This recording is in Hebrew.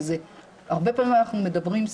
והרבה פעמים אנחנו מדברים,